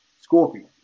Scorpion